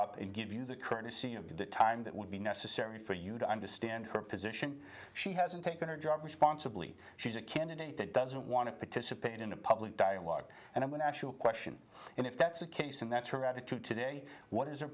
up and give you the courtesy of the time that would be necessary for you to understand her position she hasn't taken her job responsibly she's a candidate that doesn't want to participate in a public dialogue and an actual question and if that's the case and that's her attitude today what is your